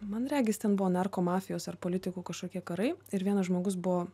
man regis ten buvo narko mafijos ar politikų kažkokie karai ir vienas žmogus buvo